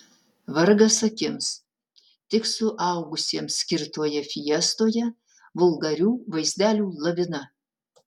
vargas akims tik suaugusiems skirtoje fiestoje vulgarių vaizdelių lavina